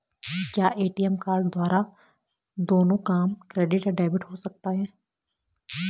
क्या ATM card द्वारा दोनों काम क्रेडिट या डेबिट हो सकता है?